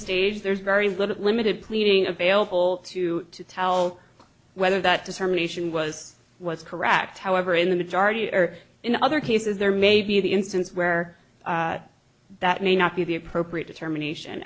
stage there's very little limited pleading available to tell whether that determination was was correct however in the majority or in other cases there may be the instance where that may not be the appropriate determination